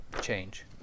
change